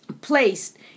placed